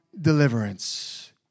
deliverance